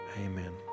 Amen